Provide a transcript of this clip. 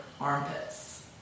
armpits